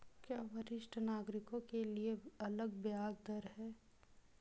क्या वरिष्ठ नागरिकों के लिए अलग ब्याज दर है?